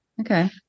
okay